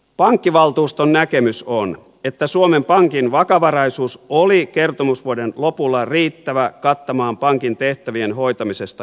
pankkivaltuuston näkemys on että suomen pankin vakavaraisuus oli kertomusvuoden lopulla riittävä kattamaan pankin tehtävien hoitamisesta johtuvat riskit